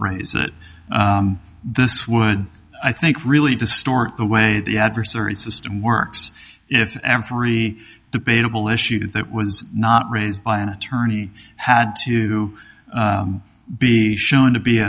that this would i think really distort the way the adversary system works if every debatable issue that was not raised by an attorney had to be shown to be